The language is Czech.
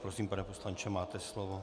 Prosím, pane poslanče, máte slovo.